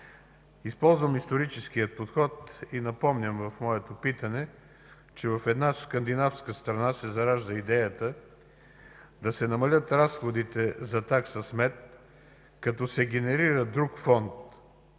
Използвам историческия подход и напомням в моето питане, че в една скандинавска страна се заражда идеята да се намалят разходите за такса смет, като се генерира друг фонд,